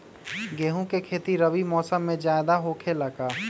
गेंहू के खेती रबी मौसम में ज्यादा होखेला का?